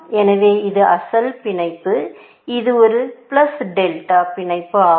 எனவே இது அசல் பிணைப்பு இது ஒரு பிளஸ் டெல்டா பிணைப்பு ஆகும்